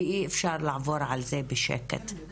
ואי אפשר לעבור על זה בשקט.